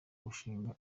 gushinga